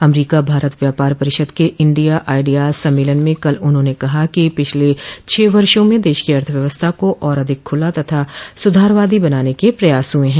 अमरीका भारत व्यापार परिषद के इंडिया आइडियाज सम्मेलन में कल उन्होंने कहा कि पिछले छह वर्षों में देश की अर्थव्यवस्था को और अधिक खुला तथा सूधारवादी बनाने के प्रयास हुए हैं